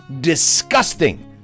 disgusting